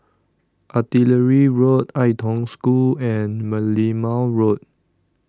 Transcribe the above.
Artillery Road Ai Tong School and Merlimau Road